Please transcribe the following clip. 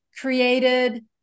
created